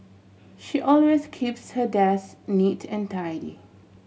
she always keeps her desk neat and tidy